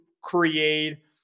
create